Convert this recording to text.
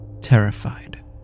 terrified